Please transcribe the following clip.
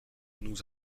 nous